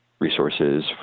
resources